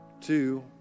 two